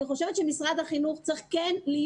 אני חושבת שמשרד החינוך כן צריך להיות